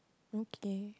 okay